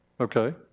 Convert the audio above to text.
Okay